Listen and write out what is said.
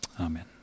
Amen